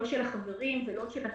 לא של החברים ולא של הציבור,